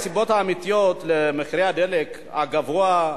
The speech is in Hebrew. הסיבות האמיתיות למחירי הדלק הגבוה,